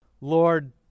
Lord